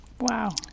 Wow